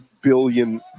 billion